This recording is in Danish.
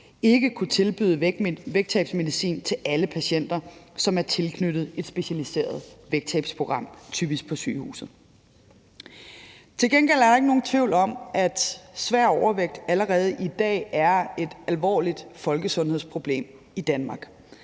ikke kunnet tilbyde vægttabsmedicin til alle patienter, som er tilknyttet et specialiseret vægttabsprogram, typisk på sygehusene. Til gengæld er der ikke nogen tvivl om, at svær overvægt allerede i dag er et alvorligt folkesundhedsproblem i Danmark,